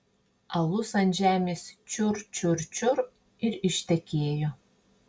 alus ant žemės čiur čiur čiur ir ištekėjo